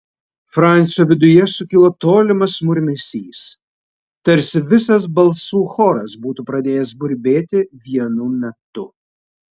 francio viduje sukilo tolimas murmesys tarsi visas balsų choras būtų pradėjęs burbėti vienu metu